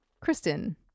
Kristen